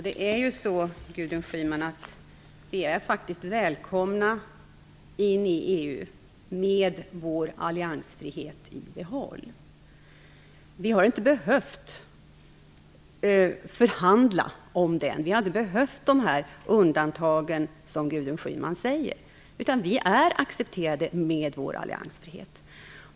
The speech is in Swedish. Fru talman! Gudrun Schyman, vi är faktiskt välkomna in i EU med vår alliansfrihet i behåll. Vi har inte behövt förhandla om den. Vi har inte, som Gudrun Schyman säger, behövt de här undantagen, utan vi är accepterade med vår alliansfrihet.